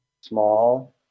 small